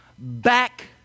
Back